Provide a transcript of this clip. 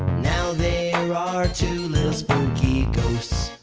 now there are ah are two little spooky ghosts.